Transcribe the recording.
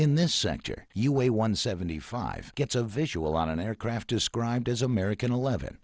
in this sector you a one seventy five gets a visual on an aircraft described as american eleven